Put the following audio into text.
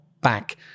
back